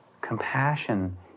Compassion